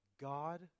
God